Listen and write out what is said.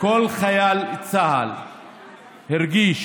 כל חייל צה"ל הרגיש,